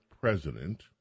president